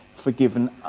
forgiven